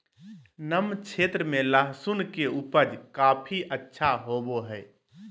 नम क्षेत्र में लहसुन के उपज काफी अच्छा होबो हइ